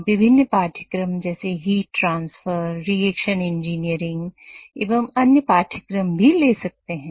आप विभिन्न पाठ्यक्रम जैसे हीट ट्रांसफर एवं अन्य पाठ्यक्रम भी ले सकते हैं